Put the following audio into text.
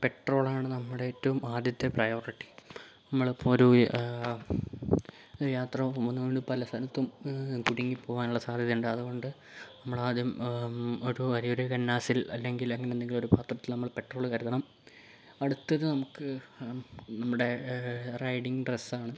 പെട്രോളാണ് നമ്മുടെ ഏറ്റവും ആദ്യത്തെ പ്രയോറിറ്റി നമ്മളിപ്പോൾ ഒരു യാത്ര പോകുമ്പോൾ നമ്മൾ പല സ്ഥലത്തും കുടുങ്ങിപ്പോവാനുള്ള സാധ്യത ഉണ്ട് അതുകൊണ്ട് നമ്മളാദ്യം ഒരു വലിയൊരു കന്നാസിൽ അല്ലെങ്കിൽ അങ്ങനെയെന്തെങ്കിലും ഒരു പാത്രത്തിൽ നമ്മൾ പെട്രോള് കരുതണം അടുത്തത് നമുക്ക് നമ്മുടെ റൈഡിങ്ങ് ഡ്രസ്സാണ്